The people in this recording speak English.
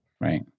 Right